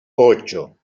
ocho